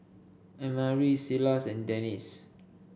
Annmarie Silas and Dennis